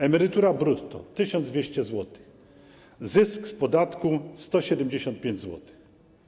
Emerytura brutto - 1200 zł, zysk z podatku - 175 zł.